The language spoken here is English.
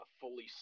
fully